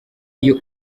uyu